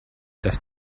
dass